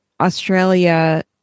Australia